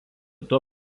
tuo